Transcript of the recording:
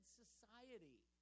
society